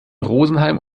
rosenheim